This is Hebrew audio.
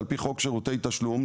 על פי חוק שירותי תשלום,